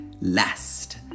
last